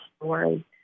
story